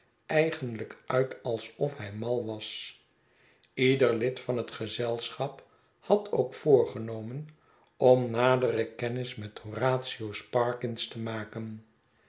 eigenlijk uit alsof hij mal was ieder lid van het gezelschap had ook voorgenomen om nadere kennis met horatio sparkins te maken